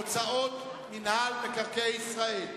הוצאות מינהל מקרקעי ישראל,